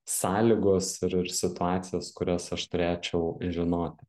sąlygos ir ir situacijos kurias aš turėčiau žinoti